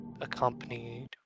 accompanied